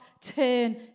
turn